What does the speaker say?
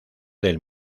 del